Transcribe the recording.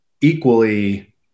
equally